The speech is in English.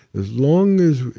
as long as.